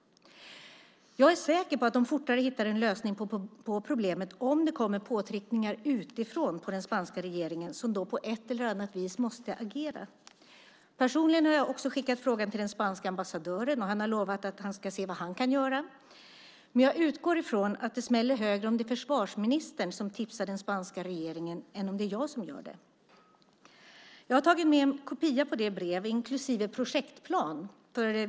Jag är säker på att de fortare hittar en lösning på problemet om det kommer påtryckningar på den spanska regeringen utifrån, som då på ett eller annat vis måste agera. Personligen har jag skickat frågan till den spanske ambassadören, och han har lovat att se vad han kan göra. Jag utgår från att det smäller högre om försvarsministern tipsar den spanska regeringen än om jag gör det. Jag har tagit kopia på brevet och har även med mig en projektplan.